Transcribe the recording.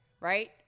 right